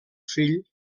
fill